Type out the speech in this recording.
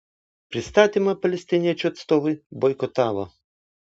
pristatymą palestiniečių atstovai boikotavo